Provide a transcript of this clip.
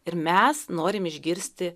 ir mes norim išgirsti